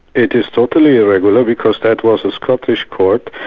it is totally irregular because that was a scottish court,